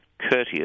courteous